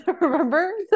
remember